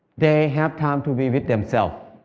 they have time to be with themselves.